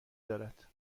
دارد